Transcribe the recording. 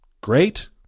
great